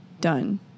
Done